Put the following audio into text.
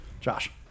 Josh